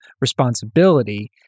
responsibility